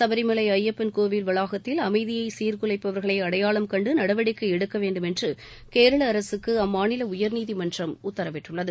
சபரிமலை ஐயப்பன் கோவில் வளாகத்தில் அமைதியை சீர்குலைப்பவர்களை அடையாளம் கண்டு நடவடிக்கை எடுக்க வேண்டுமென்று கேரள அரசுக்கு அம்மாநில உயர்நீதிமன்றம் உத்தரவிட்டுள்ளது